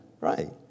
Right